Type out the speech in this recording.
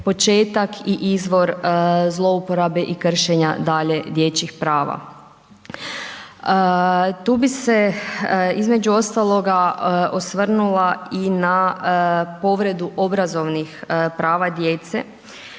i izvor zlouporaba i krašenja djeluje dječjih prava. Tu bi se između ostaloga osvrnula i na povredu obrazovnih prava djece,